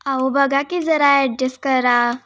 आओ बघा की जरा ॲडजस करा